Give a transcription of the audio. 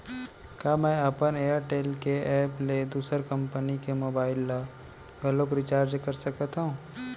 का मैं अपन एयरटेल के एप ले दूसर कंपनी के मोबाइल ला घलव रिचार्ज कर सकत हव?